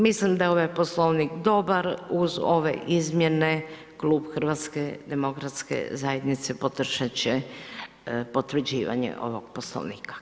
Mislim da je ovaj poslovnik dobar, uz ove izmjene klub HDZ-a podržat će potvrđivanje ovog poslovnika.